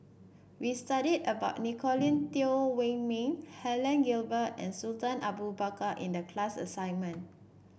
we studied about Nicolette Teo Wei Min Helen Gilbey and Sultan Abu Bakar in the class assignment